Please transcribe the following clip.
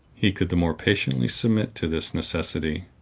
he could the more patiently submit to this necessity,